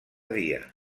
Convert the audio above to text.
dia